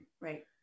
Right